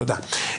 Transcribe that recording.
תודה.